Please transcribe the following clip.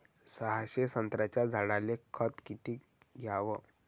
सहाशे संत्र्याच्या झाडायले खत किती घ्याव?